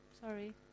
sorry